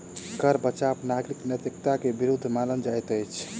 कर बचाव नागरिक नैतिकता के विरुद्ध मानल जाइत अछि